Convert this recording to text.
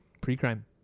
pre-crime